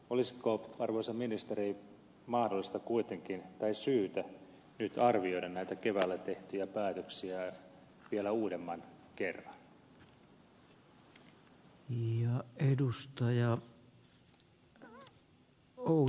olisiko arvoisa ministeri syytä kuitenkin nyt arvioida näitä keväällä tehtyjä päätöksiä vielä uudemman kerran